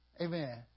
Amen